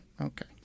okay